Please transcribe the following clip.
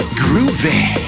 groovy